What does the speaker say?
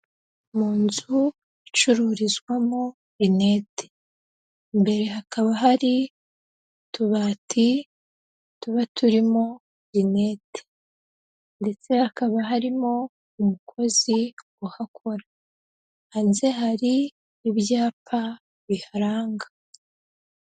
Mu nzu icururizwamo rinete, imbere hakaba hari utubati, tuba turimo rinete, ndetse hakaba harimo umukozi uhakora, hanze hari ibyapa biharanga.